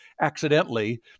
accidentally